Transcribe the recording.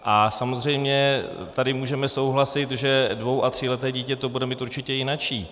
A samozřejmě tady můžeme souhlasit, že dvou a tříleté dítě to bude mít určitě jinačí.